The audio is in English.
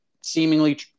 seemingly